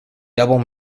double